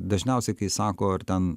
dažniausiai kai sako ar ten